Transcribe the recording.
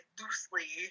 loosely